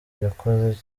yakoze